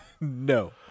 No